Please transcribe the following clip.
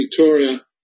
Victoria